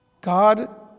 God